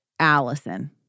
Allison